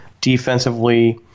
defensively